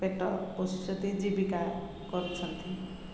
ପେଟ ପୋଷୁଛନ୍ତି ଜୀବିକା କରୁଛନ୍ତି